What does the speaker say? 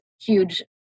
huge